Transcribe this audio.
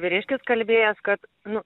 vyriškis kalbėjęs kad nu